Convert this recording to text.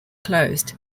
closed